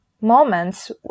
moments